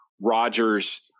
Rogers